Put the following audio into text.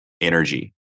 energy